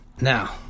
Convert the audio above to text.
Now